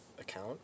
account